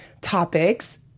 topics